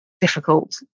difficult